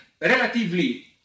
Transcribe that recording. relatively